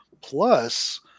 Plus